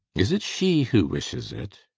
is it she who wishes it?